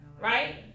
right